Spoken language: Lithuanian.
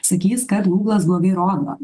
sakys kad gūglas blogai rodo